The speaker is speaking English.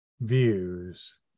views